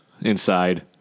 inside